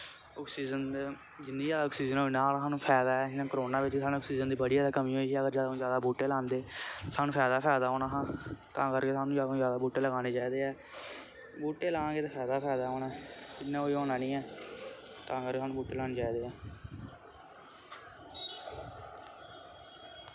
oxygen जिन्नी ज्यादा oxygen इ न्ना सानू फैदा ऐ जियां करोना बिच्च सानू ऑक्सीजन दी बड़ी ज्यादा कमी होई ही अगर ज्यादा कोला ज्यादा बूह्टे लांदे सानू फैदा गै फैदा होना हा तां करके सानू ज्यादा तो ज्यादा बूह्टे लगाने चाहिदे ऐ बूह्टे लां गे ते फैदा गै फैदा होना ऐ इ'यां कोई होना नी ऐ तां करके सानू बूह्टे लाने चाहिदे ऐ